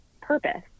purpose